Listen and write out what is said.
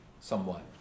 somewhat